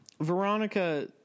veronica